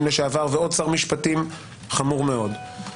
לשעבר ועוד שר משפטים אחרים חמור מאוד.